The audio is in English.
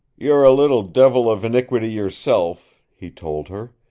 you're a little devil of iniquity yourself, he told her.